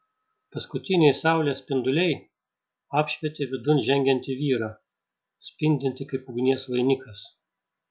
paskutiniai saulės spinduliai apšvietė vidun žengiantį vyrą spindintį kaip ugnies vainikas